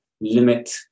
limit